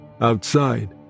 outside